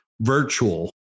virtual